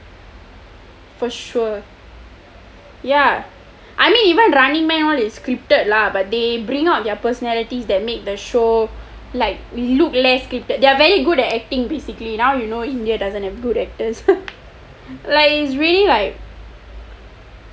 for sure I mean even running man all is scripted lah but they bring out their personalities that made the show like look less scripted they are very good at acting basically now you know india doesn't have good actors like is really like